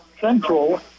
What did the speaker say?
Central